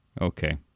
Okay